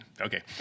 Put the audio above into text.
Okay